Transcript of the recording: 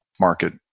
market